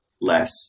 less